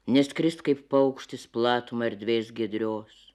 neskris kaip paukštis platuma erdvės giedrios